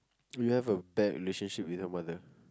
you have a bad relationship with your mother